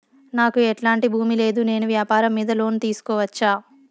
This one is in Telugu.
నాకు ఎట్లాంటి భూమి లేదు నేను వ్యాపారం మీద లోను తీసుకోవచ్చా?